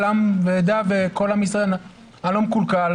עם ועדה ומול כל עם ישראל: אני לא מקולקל,